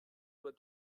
loi